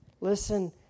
listen